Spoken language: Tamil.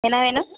என்ன வேணும்